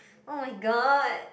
oh-my-god